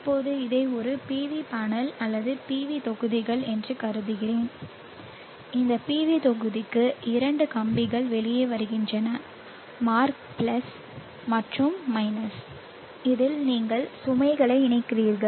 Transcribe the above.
இப்போது இதை ஒரு PV பேனல் அல்லது PV தொகுதிகள் என்று கருதுகிறேன் இந்த PV தொகுதிக்கு இரண்டு கம்பிகள் வெளியே வருகின்றன மார்க் பிளஸ் மற்றும் மைனஸ் இதில் நீங்கள் சுமைகளை இணைக்கிறீர்கள்